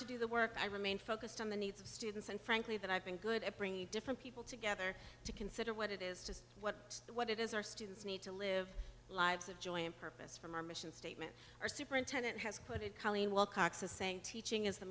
to do the work i remain focused on the needs of students and frankly that i've been good at bringing a different people together to consider what it is just what it what it is our students need to live lives of joy and purpose from our mission statement our superintendent has put it colleen wilcox is saying teaching is the